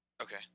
Okay